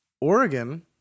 oregon